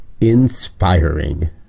inspiring